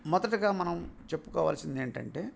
మొదటిగా మనం చెప్పుకోవాల్సింది ఏంటంటే